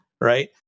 right